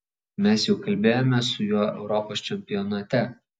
mes jau kalbėjome su juo europos čempionate